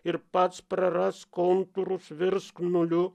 ir pats prarask kontūrus virsk nuliu